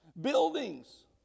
Buildings